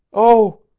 oh!